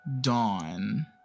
dawn